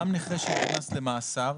גם נכה שנכנס למאסר,